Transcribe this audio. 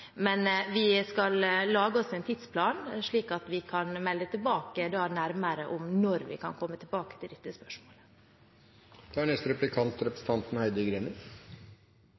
Men vi skal lage oss en tidsplan, slik at vi kan melde tilbake nærmere om når vi kan komme tilbake til dette spørsmålet. Jeg er